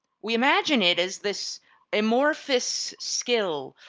we imagine it as this amorphous skill,